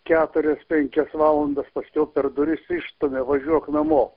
keturias penkias valandas paskiau per duris išstumia važiuok namo